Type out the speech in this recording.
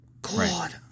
God